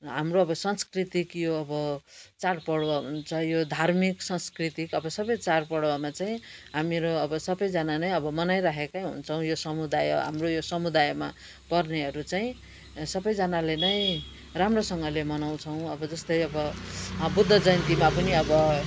हाम्रो अब सांस्कृतिक यो अब चाडपर्व हुन्छ यो धार्मिक सांस्कृतिक अब सबै चाडपर्वमा चाहिँ हामीहरू अब सबैजना नै अब मनाइराखेकै हुन्छौँ यो समुदाय हाम्रो यो समुदायमा पर्नेहरू चाहिँ सबैजनाले नै राम्रोसँगले मनाउँछौँ अब जस्तै अब बुद्ध जयन्तीमा पनि अब